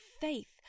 faith